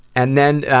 and then, ah,